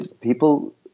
people